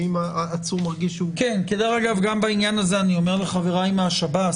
ואם העצור מרגיש- -- גם בעניין הזה אני אומר לחברי מהשב"ס